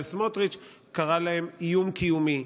סמוטריץ' היא קראה להם "איום קיומי".